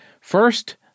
First